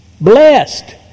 Blessed